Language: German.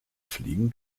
fliegen